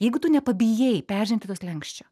jeigu tu nepabijai peržengti to slenksčio